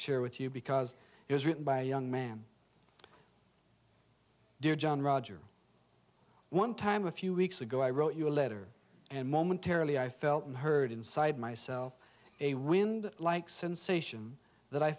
share with you because it was written by a young man dear john roger one time a few weeks ago i wrote you a letter and momentarily i felt and heard inside myself a wind like sensation that i